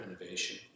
innovation